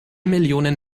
millionen